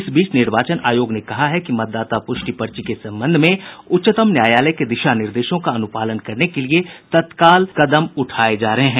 इस बीच निर्वाचन आयोग ने कहा है कि मतदाता प्रष्टि पर्ची के संबंध में उच्चतम न्यायालय के दिशा निर्देशों का अनुपालन करने के लिये तत्काल कदम उठाये जा रहे हैं